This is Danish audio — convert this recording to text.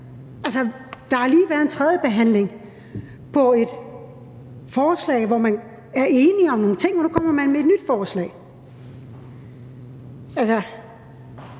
der har lige været en tredjebehandling af et forslag, hvor man er enige om nogle ting, og nu kommer man med et nyt forslag.